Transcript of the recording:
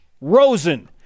Rosen